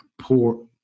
poor